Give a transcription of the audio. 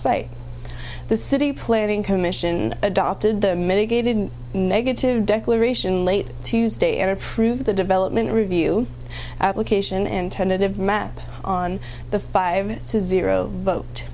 site the city planning commission adopted the mitigated negative declaration late tuesday and approved the development review application and tentative map on the five to zero vote